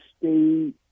State